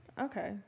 Okay